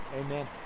Amen